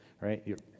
right